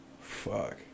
Fuck